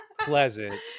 pleasant